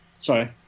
Sorry